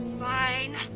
fine.